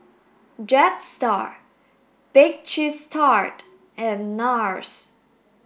Jetstar Bake Cheese Tart and NARS